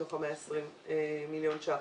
מתוך ה-120 מיליון ש"ח.